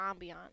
ambiance